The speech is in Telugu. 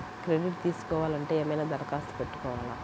క్రెడిట్ తీసుకోవాలి అంటే ఏమైనా దరఖాస్తు పెట్టుకోవాలా?